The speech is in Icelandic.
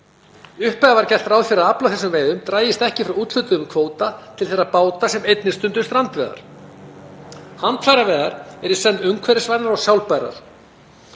upphafi var gert ráð fyrir að afli á þessum veiðum drægist ekki frá úthlutuðum kvóta til þeirra báta sem einnig stunduðu strandveiðar. […] Handfæraveiðar eru í senn umhverfisvænar og sjálfbærar,